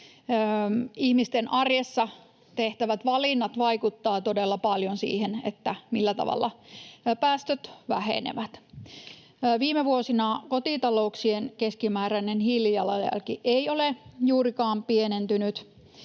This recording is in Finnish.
Ihmisten arjessa tehtävät valinnat vaikuttavat todella paljon siihen, millä tavalla päästöt vähenevät. Viime vuosina kotitalouksien keskimääräinen hiilijalanjälki ei ole juurikaan pienentynyt,